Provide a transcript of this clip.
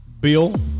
Bill